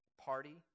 party